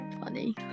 Funny